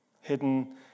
Hidden